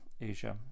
Asia